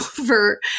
over